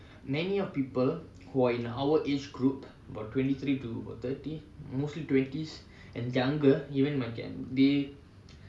many of people who are in our age group about twenty three to about thirty mostly twenties and younger even in my camp they